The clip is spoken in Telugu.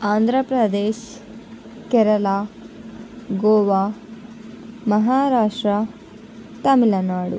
ఆంధ్రప్రదేశ్ కేరళ గోవా మహారాష్ట్ర తమిళనాడు